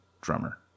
drummer